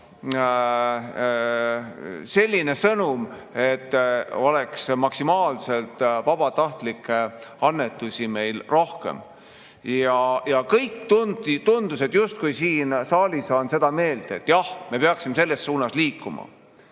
selline sõnum, et meil oleks maksimaalselt vabatahtlikke annetusi rohkem. Ja tundus, et justkui kõik siin saalis on seda meelt, et jah, me peaksime selles suunas liikuma.